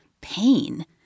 pain